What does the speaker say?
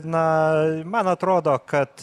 na man atrodo kad